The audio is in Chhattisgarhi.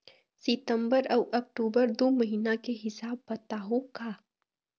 सितंबर अऊ अक्टूबर दू महीना के हिसाब बताहुं का?